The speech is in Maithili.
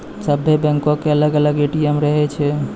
सभ्भे बैंको के अलग अलग ए.टी.एम रहै छै